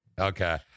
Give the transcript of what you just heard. Okay